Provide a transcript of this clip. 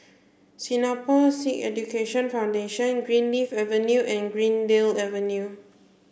Singapore Sikh Education Foundation Greenleaf Avenue and Greendale Avenue